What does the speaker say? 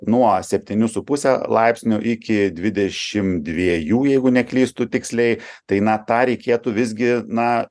nuo septynių su puse laipsnio iki dvidešimt dviejų jeigu neklystu tiksliai tai na tą reikėtų visgi na